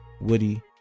woody